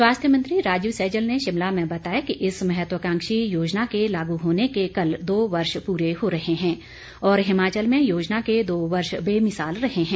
स्वास्थ्य मंत्री राजीव सैजल ने शिमला में बताया कि इस महत्वाकांक्षी योजना के लागू होने के कल दो वर्ष पूरे हो रहे हैं और हिमाचल में योजना के के दो वर्ष बेमिसाल रहे हैं